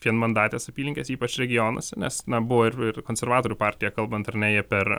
vienmandates apylinkes ypač regionuose nes na buvo ir ir konservatorių partija kalbant ar ne jie per